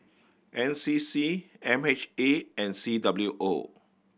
N C C M H A and C W O